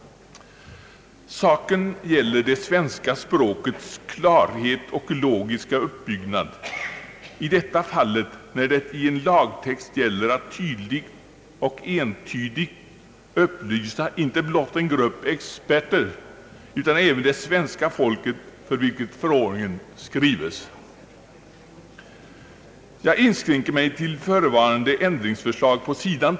Saken gäller det svenska språkets klarhet och logiska uppbyggnad, i detta fall när det i en lagtext gäller att klart och entydigt upplysa inte blott en grupp experter utan även det svenska folk för vilket förordningen skrives. Jag inskränker mig till förevarande ändringsförslag på sid.